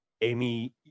Amy